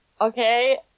Okay